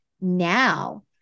now